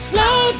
Slow